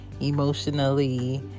emotionally